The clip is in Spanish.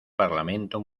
parlamento